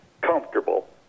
comfortable